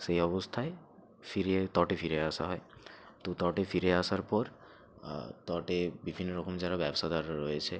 সেই অবস্থায় ফিরে তটে ফিরে আসা হয় তো তটে ফিরে আসার পর তটে বিভিন্ন রকম যারা ব্যবসাদাররা রয়েছে